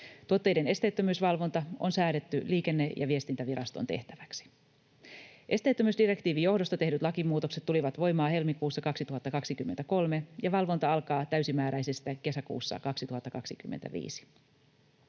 Tuotteiden esteettömyysvalvonta on säädetty Liikenne- ja viestintäviraston tehtäväksi. Esteettömyysdirektiivin johdosta tehdyt lakimuutokset tulivat voimaan helmikuussa 2023, ja valvonta alkaa täysimääräisesti kesäkuussa 2025.